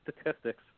statistics